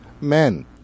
men